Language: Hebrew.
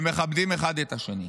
הם מכבדים אחד את השני.